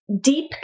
deep